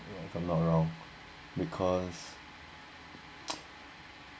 if I'm not wrong because